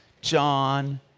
John